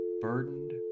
burdened